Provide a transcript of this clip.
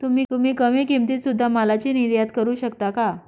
तुम्ही कमी किमतीत सुध्दा मालाची निर्यात करू शकता का